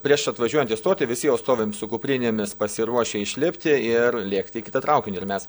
prieš atvažiuojant į stotį visi jau stovim su kuprinėmis pasiruošę išlipti ir lėkti į kitą traukinį ir mes